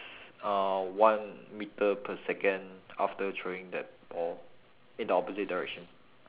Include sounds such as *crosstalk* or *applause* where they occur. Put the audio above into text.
*noise* uh one metre per second after throwing that ball in the opposite direction